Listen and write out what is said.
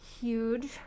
huge